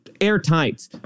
airtight